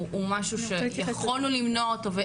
הוא משהו שיכולנו למנוע אותו.